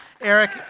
Eric